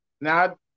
Now